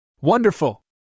Wonderful